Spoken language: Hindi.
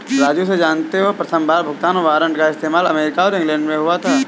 राजू से जानते हो प्रथमबार भुगतान वारंट का इस्तेमाल अमेरिका और इंग्लैंड में हुआ था